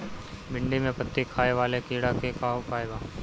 भिन्डी में पत्ति खाये वाले किड़ा के का उपाय बा?